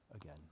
again